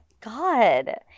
god